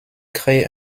crée